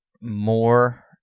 more